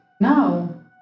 No